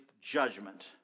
judgment